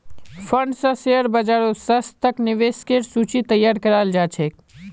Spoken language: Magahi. फंड स शेयर बाजारत सशक्त निवेशकेर सूची तैयार कराल जा छेक